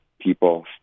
people